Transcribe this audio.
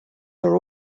are